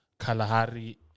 Kalahari